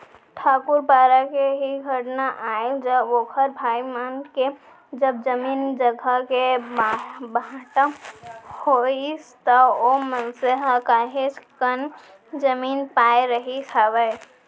ठाकूर पारा के ही घटना आय जब ओखर भाई मन के जब जमीन जघा के बाँटा होइस त ओ मनसे ह काहेच कन जमीन पाय रहिस हावय